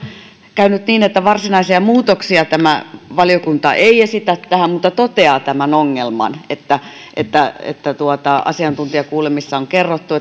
käynyt niin että varsinaisia muutoksia valiokunta ei esitä tähän mutta toteaa tämän ongelman että että asiantuntijakuulemisissa on kerrottu